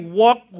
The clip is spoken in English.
walk